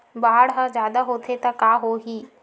बाढ़ ह जादा होथे त का होही?